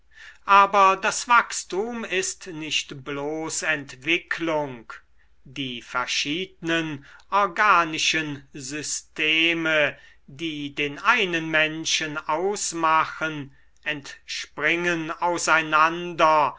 aber das wachstum ist nicht bloß entwicklung die verschiednen organischen systeme die den einen menschen ausmachen entspringen auseinander